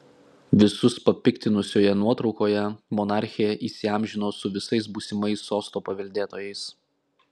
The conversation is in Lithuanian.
visus papiktinusioje nuotraukoje monarchė įsiamžino su visais būsimais sosto paveldėtojais